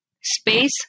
space